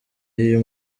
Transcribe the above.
y’uyu